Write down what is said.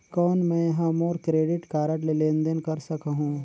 कौन मैं ह मोर क्रेडिट कारड ले लेनदेन कर सकहुं?